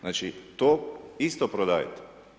Znači to isto prodajete.